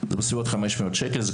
זה בסביבות 500 שקלים.